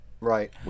Right